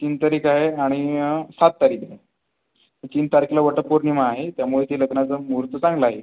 तीन तारीख आहे आणि सात तारीख आहे तीन तारखेला वटपौर्णिमा आहे त्यामुळे ते लग्नाचा मुहूर्त चांगला आहे